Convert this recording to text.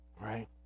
Right